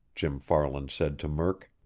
jim farland said to murk.